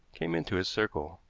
came into his circle.